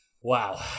Wow